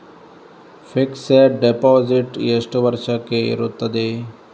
Fixed deposit ಎಷ್ಟು ವರ್ಷಕ್ಕೆ ಇರುತ್ತದೆ?